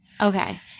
Okay